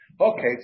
Okay